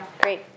great